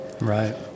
right